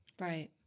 right